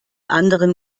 anderen